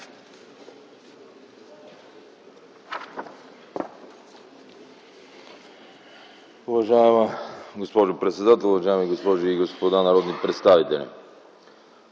Уважаема госпожо председател, уважаеми госпожи и господа народни представители!